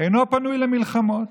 אינו פנוי למלחמות,